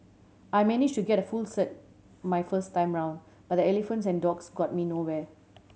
I manage to get a full cert my first time round but the elephants and dogs got me nowhere